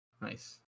Nice